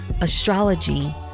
astrology